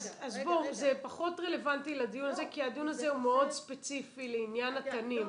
זה פחות רלוונטי לדיון הזה כי הדיון הזה הוא מאוד ספציפי לעניין התנים.